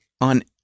on